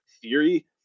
theory